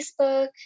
Facebook